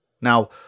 Now